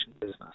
business